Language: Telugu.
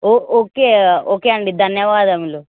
ఓ ఓకే ఓకే అండి ధన్యవాదములు